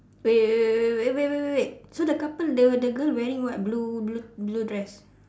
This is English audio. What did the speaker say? wait wait wait wait wait wait eh wait wait wait wait so the couple the the girl wearing what blue blue blue dress